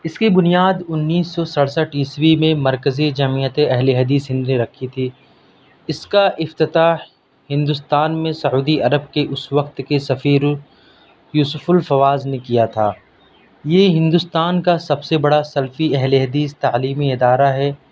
اس کی بنیاد انیس سو سڑسٹھ عیسوی میں مرکزی جمعیت اہل حدیث ہند نے رکھی تھی اس کا افتتاح ہندوستان میں سعودی عرب کے اس وقت کے سفیر یوسف الفواز نے کیا تھا یہ ہندوستان کا سب سے بڑا سلفی اہل حدیث تعلیمی ادارہ ہے